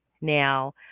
Now